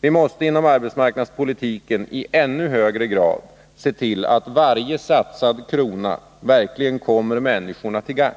Vi måste inom arbetsmarknadspolitiken i ännu högre grad se till att varje satsad krona verkligen kommer människorna till gagn.